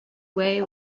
way